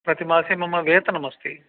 प्रतिमासे मम वेतनम् अस्ति